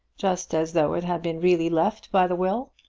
just as though it had been really left by the will?